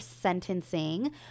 sentencing